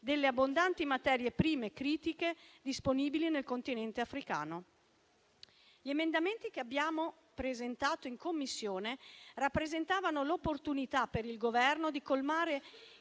delle abbondanti materie prime critiche disponibili nel Continente africano. Gli emendamenti che abbiamo presentato in Commissione rappresentavano l'opportunità per il Governo di colmare